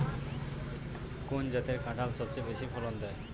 কোন জাতের কাঁঠাল সবচেয়ে বেশি ফলন দেয়?